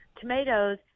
tomatoes